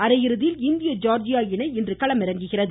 அரையிறுதியில் இந்திய ஜார்ஜியா இணை இன்று களமிறங்குகிறது